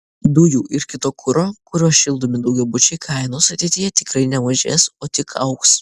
dujų ir kito kuro kuriuo šildomi daugiabučiai kainos ateityje tikrai nemažės o tik augs